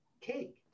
cake